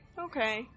Okay